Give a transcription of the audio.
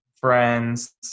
friends